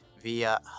via